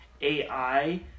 AI